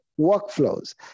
workflows